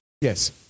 Yes